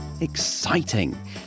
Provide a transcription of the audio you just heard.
exciting